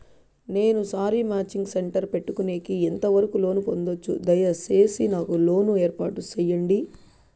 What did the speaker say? నేను sari matching centre పెట్టుకునేకి ఎంత వరకు లోను పొందొచ్చు? దయసేసి నాకు లోను ఏర్పాటు సేయండి?